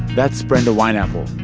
that's brenda wineapple.